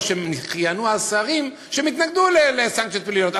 כנסת שכיהנו אז כשרים שהתנגדו לסנקציות פליליות.